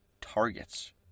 targets